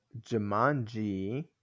Jumanji